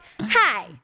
hi